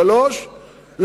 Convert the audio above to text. שלוש,